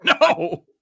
no